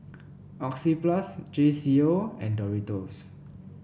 Oxyplus J C O and Doritos